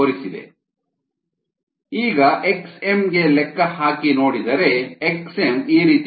14 gl 1 ಈಗ xm ಗೆ ಲೆಕ್ಕ ಹಾಕಿ xmYxSSi Sm 0